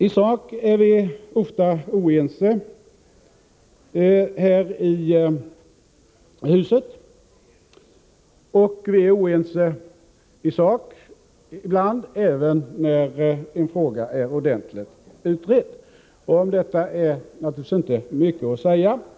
I sak är vi ofta oense, ibland också när en fråga är ordentligt utredd. Om detta är naturligtvis inte mycket att säga.